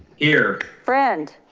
here. friend.